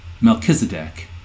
Melchizedek